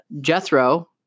Jethro